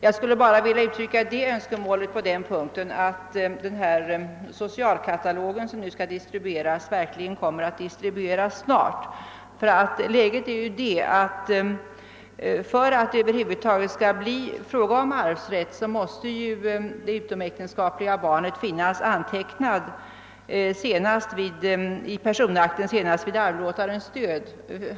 Jag skulle bara på den punkten vilja uttrycka önskemålet att den socialkatalog som nu skall distribueras verkligen kommer att distribueras snart. För att det över huvud taget skall bli fråga om arvsrätt måste ju det utomäktenskapliga barnet finnas antecknat i personakten senast vid arvlåtarens död.